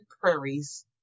prairies